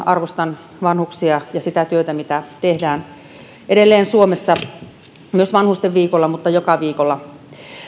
arvostan vanhuksia ja sitä työtä mitä tehdään edelleen suomessa paitsi vanhustenviikolla myös joka viikolla